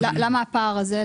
למה הפער הזה?